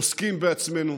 עוסקים בעצמנו,